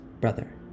brother